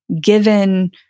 given